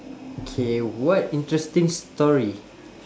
K what interesting story